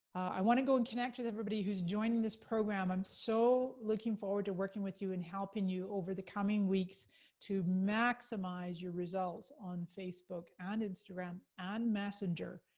i wanna go and connect with everybody who's joining this program. i'm so looking forward to working you and helping you over the coming weeks to maximize your results on facebook, and instagram, and messenger.